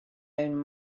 own